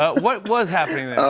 ah what was happening